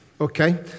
Okay